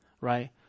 right